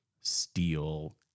steel